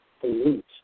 pollute